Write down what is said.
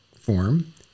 form